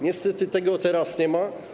Niestety tego teraz nie ma.